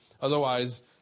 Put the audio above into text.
Otherwise